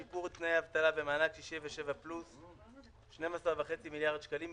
שיפור תנאי אבטלה ומענק 67 פלוס 12.5 מיליארד שקלים,